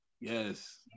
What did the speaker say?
Yes